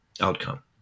outcome